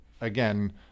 again